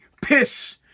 piss